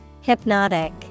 Hypnotic